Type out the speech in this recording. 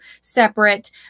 separate